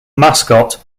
mascot